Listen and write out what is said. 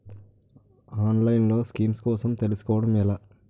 ఆన్లైన్లో స్కీమ్స్ కోసం తెలుసుకోవడం ఎలా?